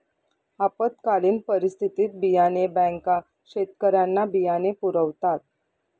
आपत्कालीन परिस्थितीत बियाणे बँका शेतकऱ्यांना बियाणे पुरवतात